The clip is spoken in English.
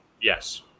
Yes